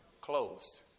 closed